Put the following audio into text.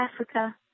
Africa